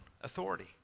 authority